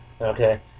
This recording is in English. Okay